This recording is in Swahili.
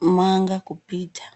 mwanga kupita.